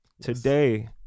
today